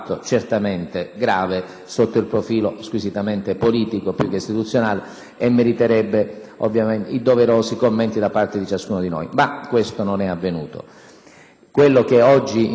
e meriterebbe ovviamente i doverosi commenti da parte di ciascuno di noi. Ma ciò non è avvenuto. Quello che invece oggi, senatore Procacci, la Presidenza si è permessa di ravvisare era un altro aspetto.